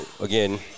again